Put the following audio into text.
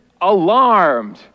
alarmed